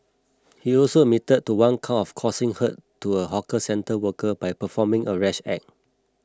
he also admitted to one count of causing hurt to a hawker centre worker by performing a rash act